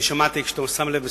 הייתי פה כל הדיון,